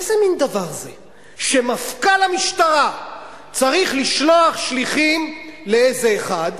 איזה מין דבר זה שמפכ"ל המשטרה צריך לשלוח שליחים לאיזה אחד?